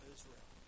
Israel